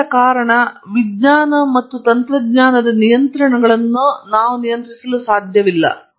ನಾನು ಇದನ್ನು ಹಾಕಿದ ಕಾರಣವೆಂದರೆ ವಿಜ್ಞಾನ ಮತ್ತು ತಂತ್ರಜ್ಞಾನದ ನಿಯಂತ್ರಣಗಳನ್ನು ನಾವು ನಿಯಂತ್ರಿಸಲು ಸಾಧ್ಯವಿಲ್ಲ